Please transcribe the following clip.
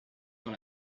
dans